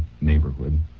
neighborhood